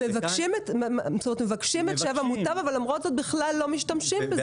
הם מבקשים את שם המוטב אבל למרות זאת בכלל לא משתמשים בזה.